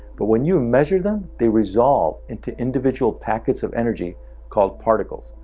but when you measure them, they resolve into individual packets of energy called particles.